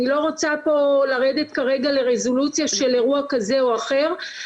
אני לא רוצה פה לרדת כרגע לרזולוציה של אירוע כזה או אחר,